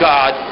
God